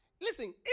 Listen